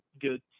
good